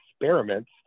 experiments